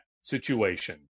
situation